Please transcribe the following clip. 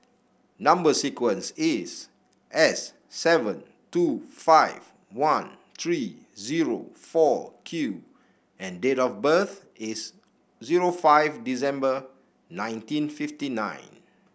number sequence is S seven two five one three zero four Q and date of birth is zero five December nineteen fifty nine